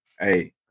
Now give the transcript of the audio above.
Hey